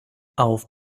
auf